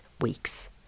weeks